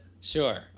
Sure